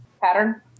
pattern